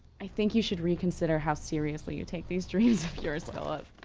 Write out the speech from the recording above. i think you should reconsider how seriously you take these dreams of yours, philip.